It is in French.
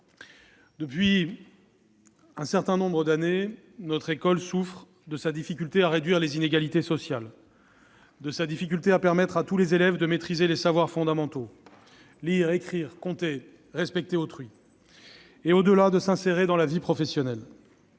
Depuis un certain nombre d'années, notre école souffre de la difficulté à réduire les inégalités sociales, à permettre à tous les élèves de maîtriser les savoirs fondamentaux- lire, écrire, compter, respecter autrui -et, au-delà, à s'insérer dans la vie professionnelle.